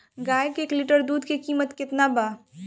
गाय के एक लीटर दूध के कीमत केतना बा?